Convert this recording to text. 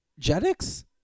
Jetix